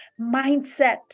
mindset